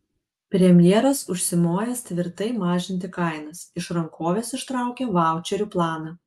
premjeras užsimojęs tvirtai mažinti kainas iš rankovės ištraukė vaučerių planą